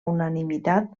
unanimitat